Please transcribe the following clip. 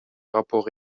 rapports